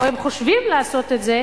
או הם חושבים לעשות את זה,